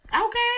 Okay